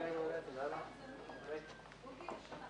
ננעלה בשעה